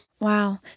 Wow